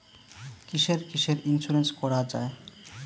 কিসের কিসের ইন্সুরেন্স করা যায়?